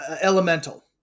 elemental